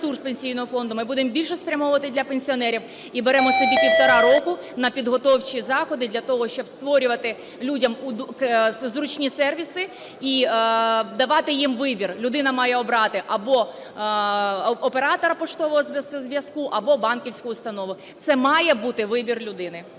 ресурс Пенсійного фонду, ми будемо більше спрямовувати для пенсіонерів і беремо собі півтора року на підготовчі заходи для того, щоб створювати людям зручні сервіси і давати їм вибір. Людина має обрати або оператора поштового зв'язку, або банківську установу, це має бути вибір людини.